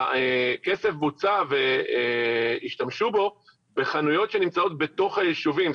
הכסף בוצע והשתמשו בו בחנויות שנמצאות בתוך היישובים,